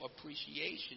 appreciation